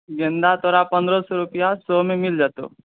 गेन्दा तोरा पन्द्रह सए रुपआ सए म मिल जेतौ